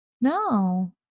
No